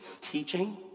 teaching